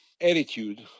attitude